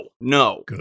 no